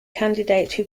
candidate